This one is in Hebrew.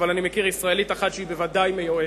אבל אני מכיר ישראלית אחת שהיא בוודאי מיואשת.